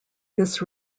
this